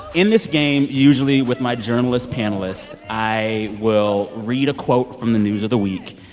in this game, usually with my journalist panelist, i will read a quote from the news of the week,